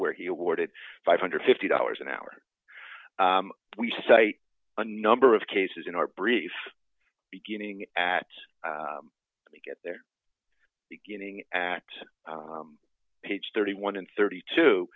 where he awarded five hundred and fifty dollars an hour we cite a number of cases in our brief beginning at the get their beginning act page thirty one and thirty two